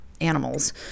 animals